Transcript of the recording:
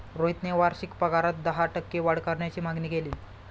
रोहितने वार्षिक पगारात दहा टक्के वाढ करण्याची मागणी केली